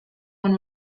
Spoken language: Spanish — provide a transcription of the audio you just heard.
con